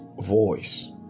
voice